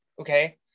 okay